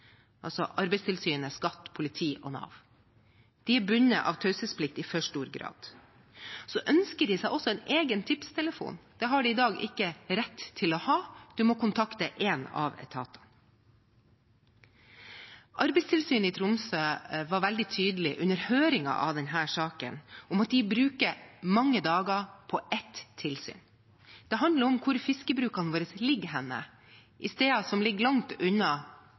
altså Arbeidstilsynet, skatteetaten, politiet og Nav. De er bundet av taushetsplikt i for stor grad. De ønsker seg også en egen tipstelefon. Det har de i dag ikke rett til å ha. Man må kontakte en av etatene. Arbeidstilsynet i Tromsø var veldig tydelig under høringen i denne saken på at de bruker mange dager på ett tilsyn. Det handler om hvor fiskebrukene våre ligger hen – på steder som ligger langt unna